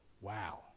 Wow